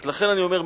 אז לכן אני אומר,